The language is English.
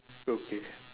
okay